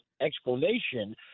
explanation